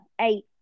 eight